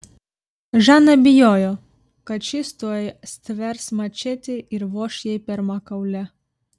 žana bijojo kad šis tuoj stvers mačetę ir voš jai per makaulę